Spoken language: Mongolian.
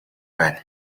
байна